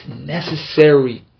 necessary